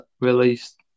released